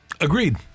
Agreed